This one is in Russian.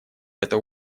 это